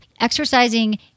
Exercising